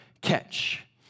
catch